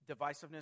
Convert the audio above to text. divisiveness